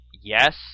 yes